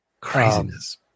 craziness